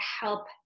help